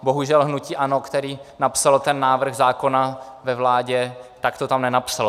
Bohužel hnutí ANO, které napsalo ten návrh zákona ve vládě, tak to tam nenapsalo.